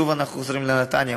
שוב אנחנו חוזרים לנתניה,